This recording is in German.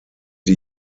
die